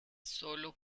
sólo